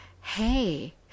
Hey